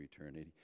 eternity